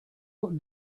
what